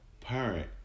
parent